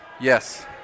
Yes